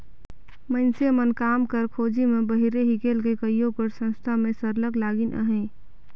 मइनसे मन काम कर खोझी में बाहिरे हिंकेल के कइयो गोट संस्था मन में सरलग लगिन अहें